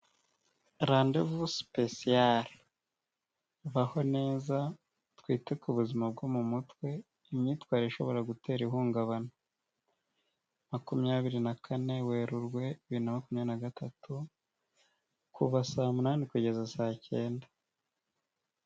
Randevu sipesiyare, baho neza twite ku buzima bwo mu mutwe, imyitwarire ishobora gutera ihungabana. Makumyabiri na kane Werurwe bibiri na makumyabiri na gatatu kuva saa munani kugeza saa cyenda.